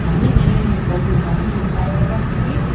అన్నీ మేమే మీకు కల్పిస్తాము మీరు ఫైవ్ అవర్స్కి